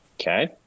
Okay